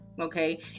Okay